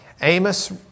Amos